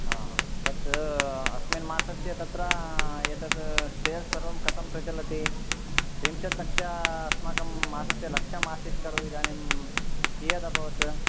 तद् अस्मिन् मासस्य तत्र एतत् सेल्स् सर्वं कथं प्रचलति त्रिंशत् लक्ष अस्माकं मासस्य लक्ष्यम् आसीत् खलु इदनीं कीयत् अभवत्